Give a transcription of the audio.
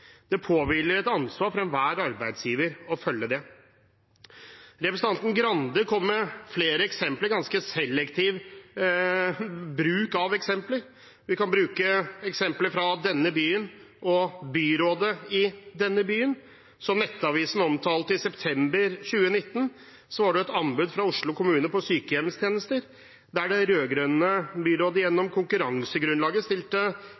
Det påhviler enhver arbeidsgiver et ansvar for å følge det. Representanten Grande kom med flere eksempler – ganske selektiv bruk av eksempler. Vi kan bruke eksempler fra denne byen og byrådet i denne byen. Som Nettavisen omtalte i september 2019, var det et anbud fra Oslo kommune på sykehjemstjenester, der det rød-grønne byrådet gjennom konkurransegrunnlaget stilte